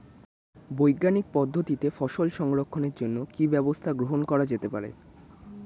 বৈজ্ঞানিক পদ্ধতিতে ফসল সংরক্ষণের জন্য কি ব্যবস্থা গ্রহণ করা যেতে পারে?